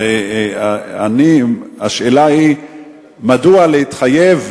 השאלה היא מדוע להתחייב,